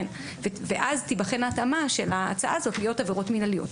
ואז תיבחן ההתאמה של ההצעה הזו להיות עבירות מינהליות.